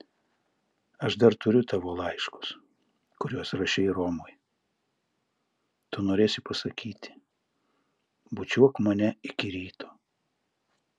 aš dar turiu tavo laiškus kuriuos rašei romui tu norėsi pasakyti bučiuok mane iki ryto